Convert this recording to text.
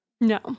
No